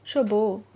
sure bo